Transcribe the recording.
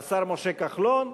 השר משה כחלון,